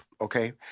okay